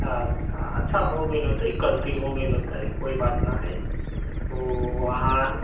अच्छा हो गेल होतै गलती हो गेल होतै कोइ बात न हय ऊ अहाँ